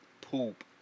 Poop